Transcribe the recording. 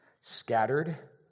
scattered